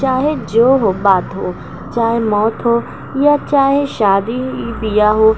چاہے جو ہو بات ہو چاہے موت ہو یا چاہے شادی بیاہ ہو